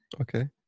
Okay